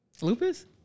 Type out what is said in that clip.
Lupus